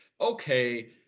okay